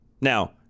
Now